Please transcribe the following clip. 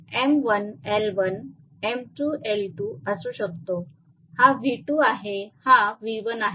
तर M1 L1 M2 L2 असू शकतो हा V2 आहे हा V1 आहे